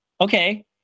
okay